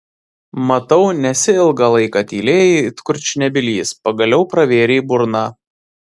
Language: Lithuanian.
matau nesi ilgą laiką tylėjai it kurčnebylis pagaliau pravėrei burną